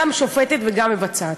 גם שופטת וגם מבצעת.